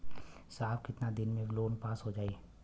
साहब कितना दिन में लोन पास हो जाई?